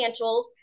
financials